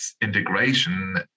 integration